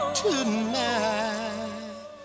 tonight